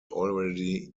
already